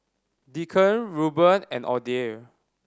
Deacon Rueben and Audie